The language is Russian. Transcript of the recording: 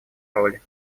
роли